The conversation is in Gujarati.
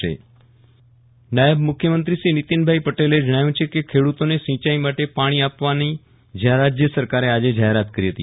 વિરલ રાણા નાયબ મુખ્યમંત્રી નાયબ મુખ્યમંત્રીશ્રી નીતિનભાઇ પટેલે જણાવ્યુ છે કે ખેડુતોને સિંચાઇ માટે પાણી આપવાની રાજ્ય સરકારે આજે જાહેરાત કરી હતી